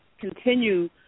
continue